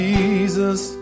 Jesus